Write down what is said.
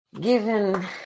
given